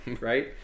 Right